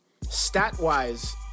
stat-wise